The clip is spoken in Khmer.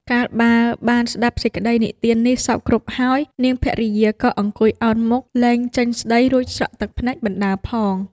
កាលបើបានស្តាប់សេចក្ដីនិទាននេះសព្វគ្រប់ហើយ នាងភរិយាក៏អង្គុយអោនមុខលែងចេញស្តី រួចស្រក់ទឹកភ្នែកបណ្តើរផង។